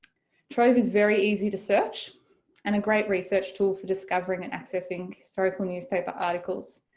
trove is very easy to search and a great research tool for discovering and accessing historical newspaper articles,